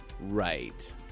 Right